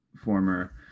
former